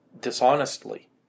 dishonestly